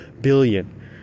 billion